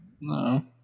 No